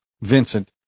Vincent